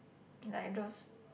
like those